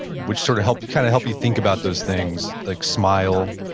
which sort of help you kind of help you think about those things, like smile,